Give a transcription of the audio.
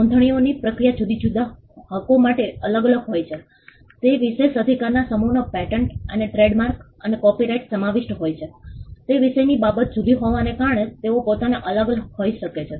નોંધણીઓની પ્રક્રિયા જુદા જુદા હકો માટે અલગ અલગ હોય છે તે વિશેષ અધિકારના સમૂહનો પેટન્ટ અને ટ્રેડમાર્ક્સ અને કોપિરાઇટ સમાવિષ્ટ હોય છે તે વિષયની બાબત જુદી હોવાને કારણે તેઓ પોતાને અલગ અલગ હોઈ શકે છે